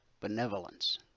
Benevolence